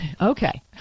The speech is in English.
okay